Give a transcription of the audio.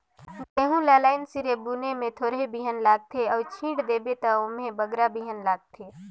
गहूँ ल लाईन सिरे बुने में थोरहें बीहन लागथे अउ छींट देबे ता ओम्हें बगरा बीहन लागथे